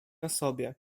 osobie